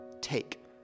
take